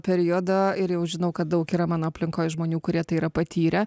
periodo ir jau žinau kad daug yra mano aplinkoj žmonių kurie tai yra patyrę